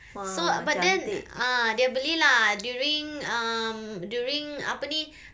so but then ah dia beli lah during um during apa ni